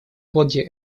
ходе